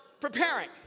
preparing